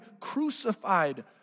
crucified